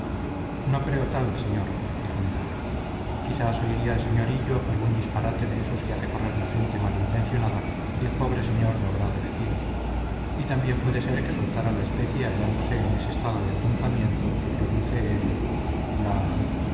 no creo tal señor dijo milagro quizás oiría el sr hillo algún disparate de esos que hace correr la gente mal intencionada y el pobre señor lo habrá repetido y también puede ser que soltara la especie hallándose en ese estado de atontamiento que produce el la